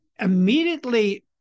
immediately